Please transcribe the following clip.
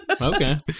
Okay